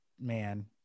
Man